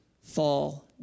fall